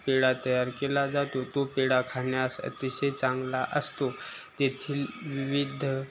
पेढा तयार केला जातो तो पेढा खाण्यास अतिशय चांगला असतो तेथील विविध